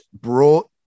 brought